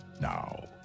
Now